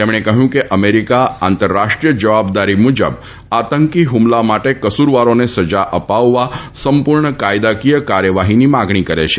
તેમણે કહ્યું કે અમેરિકા આંતરરાષ્ટ્રીય જવાબદારી મુજબ આતંકી ફમલા માટે કસૂરવારોને સજા અપાવવા સંપૂર્ણ કાયદાકીય કાર્યવાફીની માગણી કરે છે